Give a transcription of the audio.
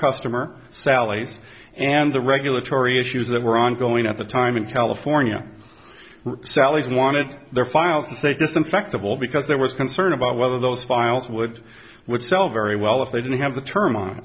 customer sally and the regulatory issues that were ongoing at the time in california sallies wanted their files they disinfect of all because there was concern about whether those files would would sell very well if they didn't have the term on